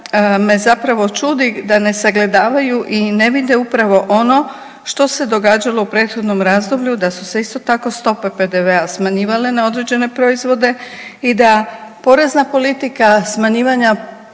me zapravo čudi da ne sagledavaju i ne vide upravo ono što se događalo u prethodnom razdoblju, da su se isto tako, stope PDV-a smanjivale na određene proizvode i da porezna politika smanjivanja